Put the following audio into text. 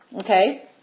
okay